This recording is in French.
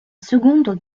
seconde